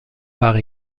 pare